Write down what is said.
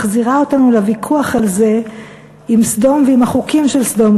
מחזירה אותנו לוויכוח הזה עם סדום ועם החוקים של סדום.